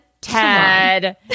Ted